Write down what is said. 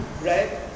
right